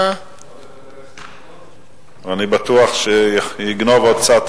אדוני היושב-ראש,